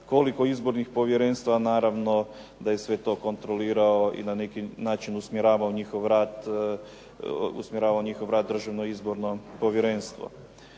koliko izbornih povjerenstava. Naravno da je to sve kontrolirao i na neki način usmjeravao njihov rad Državno izborno povjerenstvo.